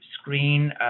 screen